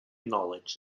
knowledge